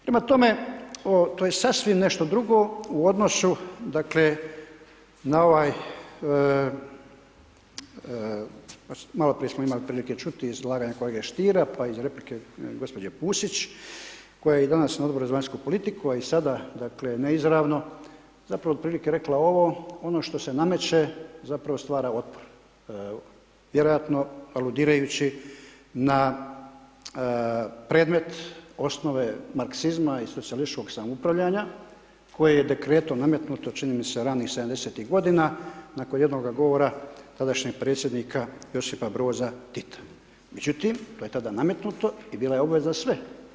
Prema tome, to je sasvim nešto drugo u odnosu, dakle, na ovaj, maloprije smo imali prilike čuti iz izlaganja kolege Stiera, pa iz replike gđe. Pusić, koja je i danas na Odboru za vanjsku politiku, a i sada, dakle, neizravno, zapravo otprilike rekla ovo, ono što se nameće, zapravo stvara otpor, vjerojatno aludirajući na predmet osnove Marxizma i socijalističkog samoupravljanja koje je Dekretom nametnuto, čini mi se ranih 70-tih godina nakon jednoga govora tadašnjeg predsjednika Josipa Broza Tita, međutim, to je tada nametnuto i bila je obveza za sve.